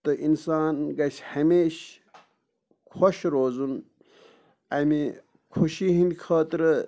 تہٕ اِنسان گژھِ ہَمیشہِ خۄش روزُن اَمہِ خوشی ہِنٛدِ خٲطرٕ